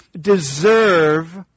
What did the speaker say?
deserve